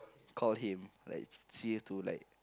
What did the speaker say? call him like see to like